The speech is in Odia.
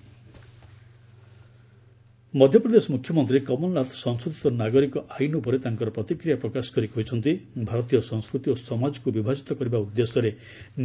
ଏମ୍ପି କ୍ୟାବ୍ ମଧ୍ୟପ୍ରଦେଶ ମ୍ରଖ୍ୟମନ୍ତ୍ରୀ କମଲନାଥ ସଂଶୋଧିତ ନାଗରିକ ଆଇନ୍ ଉପରେ ତାଙ୍କର ପ୍ରତିକ୍ରିୟା ପ୍ରକାଶ କରି କହିଛନ୍ତି ଭାରତୀୟ ସଂସ୍କୃତି ଓ ସମାଜକୁ ବିଭାଜିତ କରିବା ଉଦ୍ଦେଶ୍ୟରେ